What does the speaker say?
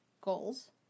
goals